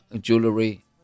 jewelry